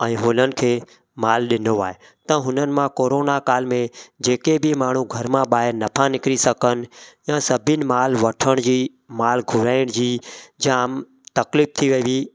ऐं हुननि खे मालु ॾिनो आहे त हुननि मां कोरोना काल में जेके बि माण्हू घर मां ॿाहिरि न था निकिरी सघनि या सभिनि मालु वठण जी मालु घुराइण जी जामु तकलीफ़ु थी वई हुई